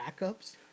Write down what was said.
backups